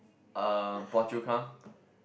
uh Phua-Chu-Kang